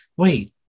Wait